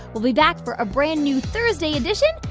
we'll be back for a brand-new thursday edition.